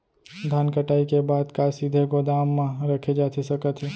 धान कटाई के बाद का सीधे गोदाम मा रखे जाथे सकत हे?